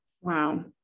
Wow